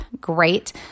great